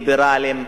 ליברליים,